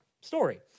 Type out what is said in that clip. story